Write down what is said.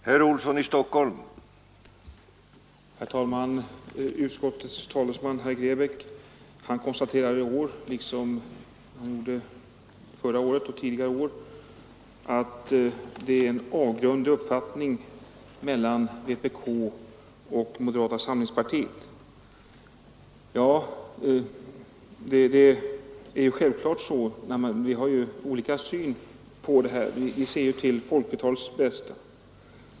Herr talman! Utskottets talesman herr Grebäck konstaterar i år liksom förra året och tidigare år att det är en avgrund mellan vänsterpartiet kommunisternas och moderata samlingspartiets uppfattningar. Ja, det är självklart så, när man har helt olika syn på en fråga. Vi ser till folkflertalets bästa.